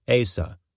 Asa